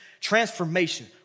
Transformation